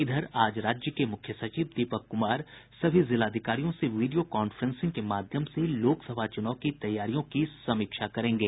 इधर आज राज्य के मुख्य सचिव दीपक कुमार सभी जिलाधिकारियों से वीडियो कांफ्रेंसिंग के माध्यम से लोकसभा चुनाव की तैयारियों की समीक्षा करेंगे